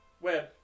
Web